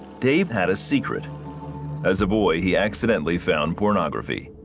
dave had a secret as a boy he accidentally found pornography.